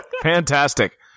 Fantastic